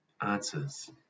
answers